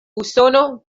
usono